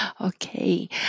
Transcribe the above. Okay